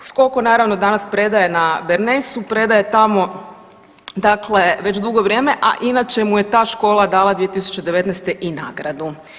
Skoko naravno danas predaje na Bernaysu, predaje tamo dakle već dugo vrijeme, a inače mu je ta škola dala 2019. i nagradu.